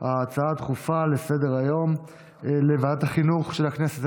ההצעה הדחופה לסדר-היום לוועדת החינוך של הכנסת.